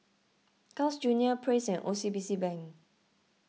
Carl's Junior Praise and O C B C Bank